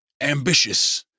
ambitious